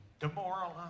Demoralized